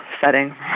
setting